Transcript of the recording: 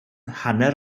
hanner